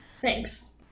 Thanks